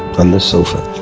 on this sofa.